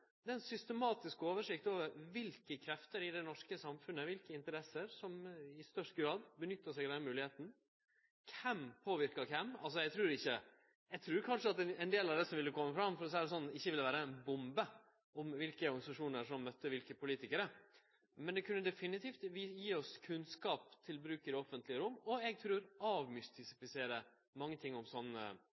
er ei systematisk oversikt over kva krefter og kva interesser i det norske samfunnet som i størst grad nyttar seg av den moglegheita – kven påverkar kven. Eg trur kanskje at ein del av det som vil kome fram – for å seie det slik – ikkje vil vere ei bombe når det gjeld kva organisasjonar som møtte kva politikarar, men det kunne definitivt gje oss kunnskap til bruk i det offentlege rom og – trur eg – avmystifisere mykje om